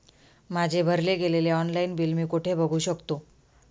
माझे भरले गेलेले ऑनलाईन बिल मी कुठे बघू शकतो?